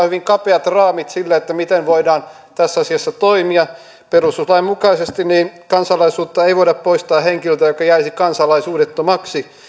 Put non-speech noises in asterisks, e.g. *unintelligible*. *unintelligible* hyvin kapeat raamit sille miten voidaan tässä asiassa toimia perustuslain mukaisesti kansalaisuutta ei voida poistaa henkilöltä joka jäisi kansalaisuudettomaksi